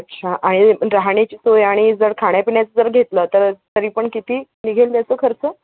अच्छा आणि राहण्याची सोय आणि जर खाण्यापिण्याचं जर घेतलं तर तरी पण किती निघेल याचं खर्च